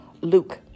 Luke